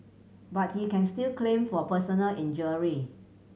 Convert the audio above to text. but he can still claim for personal injury